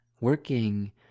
working